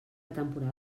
temporada